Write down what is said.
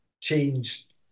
changed